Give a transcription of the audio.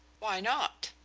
why not?